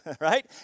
right